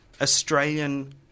Australian